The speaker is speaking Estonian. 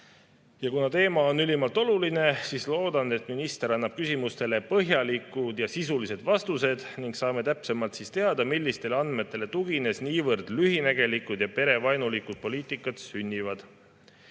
Kuna teema on ülimalt oluline, siis loodan, et peaminister annab küsimustele põhjalikud ja sisulised vastused ning saame täpsemalt teada, millistele andmetele tuginedes niivõrd lühinägelik ja perevaenulik poliitika sünnib.